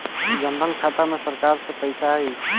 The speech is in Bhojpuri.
जनधन खाता मे सरकार से पैसा आई?